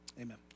Amen